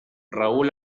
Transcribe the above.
raúl